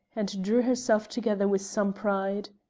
and drew herself together with some pride.